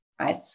right